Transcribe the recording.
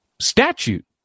statute